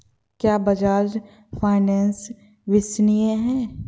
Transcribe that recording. क्या बजाज फाइनेंस विश्वसनीय है?